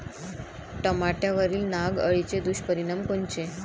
टमाट्यावरील नाग अळीचे दुष्परिणाम कोनचे?